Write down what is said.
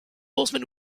horsemen